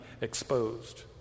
exposed